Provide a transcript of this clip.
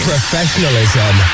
Professionalism